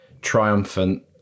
triumphant